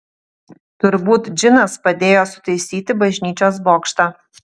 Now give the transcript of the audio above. turbūt džinas padėjo sutaisyti bažnyčios bokštą